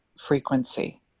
frequency